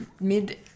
mid